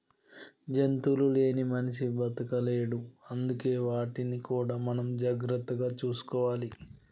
జంతువులు లేని మనిషి బతకలేడు అందుకే వాటిని కూడా మనం జాగ్రత్తగా చూసుకోవాలి